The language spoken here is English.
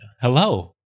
Hello